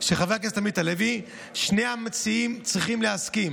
של חבר הכנסת עמית הלוי שני המציעים צריכים להסכים